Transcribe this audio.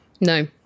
No